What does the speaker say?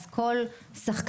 אז כל שחקן,